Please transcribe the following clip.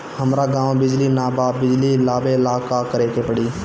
हमरा गॉव बिजली न बा बिजली लाबे ला का करे के पड़ी?